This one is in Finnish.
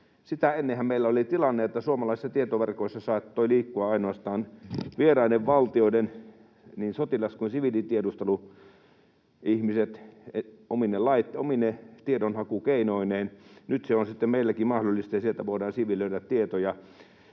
Sitä ennenhän meillä oli tilanne, että suomalaisissa tietoverkoissa saattoivat liikkua ainoastaan vieraiden valtioiden niin sotilas- kuin siviilitiedusteluihmiset omine tiedonhakukeinoineen. Nyt se on sitten meillekin mahdollista, ja sieltä voidaan siivilöidä tietoja